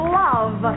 love